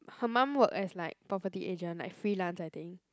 her mum work as like property agent like freelance I think